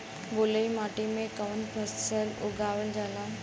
बलुई मिट्टी में कवन फसल उगावल जाला?